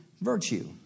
virtue